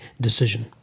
decision